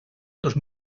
dos